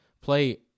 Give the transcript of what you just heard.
play